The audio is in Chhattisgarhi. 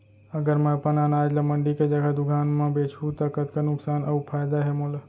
अगर मैं अपन अनाज ला मंडी के जगह दुकान म बेचहूँ त कतका नुकसान अऊ फायदा हे मोला?